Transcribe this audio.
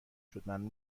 شد، معلوم